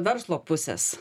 verslo pusės